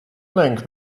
link